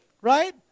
Right